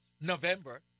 November